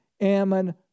Ammon